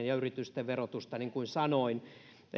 ja yritysten verotusta niin kuin sanoin